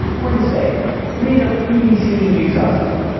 wednesday read a bbc news article